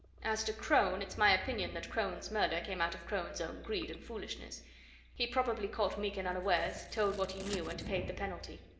as to crone it's my opinion that crone's murder came out of crone's own greed and foolishness he probably caught meekin unawares, told what he knew, and paid the penalty.